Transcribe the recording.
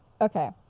okay